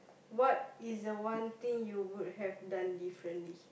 what is the one thing you would have done differently